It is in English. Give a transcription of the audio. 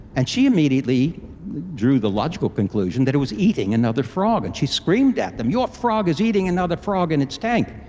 and she immediately drew the logical conclusion that it was eating another frog and she screamed at them, your frog is eating another frog in its tank!